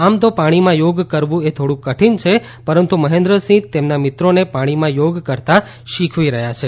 આમ તો પાણીમાં યોગ કરવું એ થોડું કઠીન છે પરંતુ મહેન્દ્રસિંહ તેમના મિત્રોને પાણીમાં યોગ કરતા શીખવી રહ્યા છે